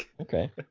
Okay